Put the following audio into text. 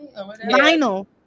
vinyl